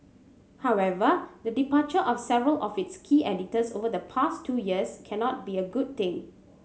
however the departure of several of its key editors over the past two years cannot be a good thing